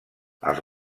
els